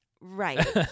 Right